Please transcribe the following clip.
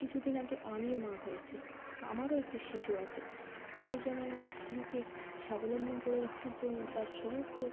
কিছুদিন আগে আমিও মা হয়েছি আমারও একটি শিশু আছে আমি যেমন আমার শিশুকে স্বাবলম্বী করে রাখার জন্য তার সমস্ত